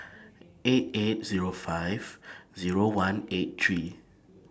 eight eight Zero five Zero one eight three